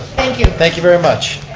thank you. thank you very much.